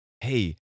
hey